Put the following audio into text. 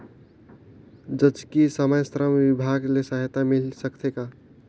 जचकी समय श्रम विभाग ले सहायता मिल सकथे का?